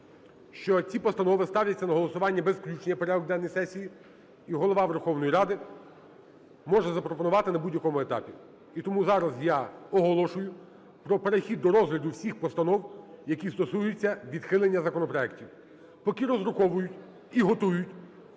що ці постанови ставляться на голосування без включення в порядок денний сесії, і Голова Верховної Ради може запропонувати на будь-якому етапі. І тому зараз я оголошую про перехід до розгляду всіх постанов, які стосуються відхилення законопроектів. Поки роздруковують і готують